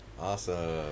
Awesome